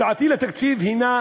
הצעתי לתקציב הנה